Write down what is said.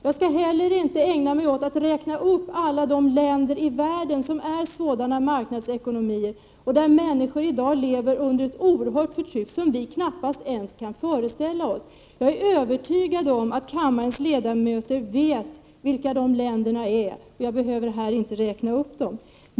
Jag skall inte ägna mig åt att räkna upp alla de länder i världen som har sådana marknadsekonomier där människor i dag lever under ett oerhört förtryck, som vi knappast kan föreställa oss. Jag är övertygad om att kammarens ledamöter vet vilka dessa länder är, och jag behöver alltså inte räkna upp dem.